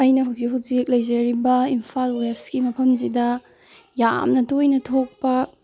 ꯑꯩꯅ ꯍꯧꯖꯤꯛ ꯍꯧꯖꯤꯛ ꯂꯩꯖꯔꯤꯕ ꯏꯝꯐꯥꯜ ꯋꯦꯁꯀꯤ ꯃꯐꯝꯁꯤꯗ ꯌꯥꯝꯅ ꯇꯣꯏꯅ ꯊꯣꯛꯄ